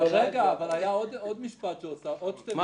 אבל היו עוד שני משפטים שהוספתי.